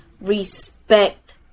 respect